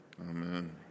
Amen